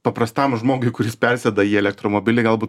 paprastam žmogui kuris persėda į elektromobilį galbūt